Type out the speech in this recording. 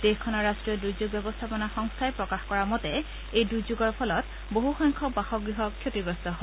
দেশখনৰ ৰাষ্ট্ৰীয় দুৰ্যোগ ব্যৱস্থাপনা সংস্থাই প্ৰকাশ কৰা মতে এই দুৰ্যোগৰ ফলত বহুসংখ্যক বাসগৃহ ক্ষতিগ্ৰস্ত হয়